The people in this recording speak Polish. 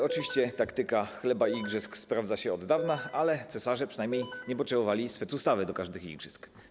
Oczywiście taktyka chleba i igrzysk sprawdza się od dawna, ale cesarze przynajmniej nie potrzebowali specustawy do każdych igrzysk.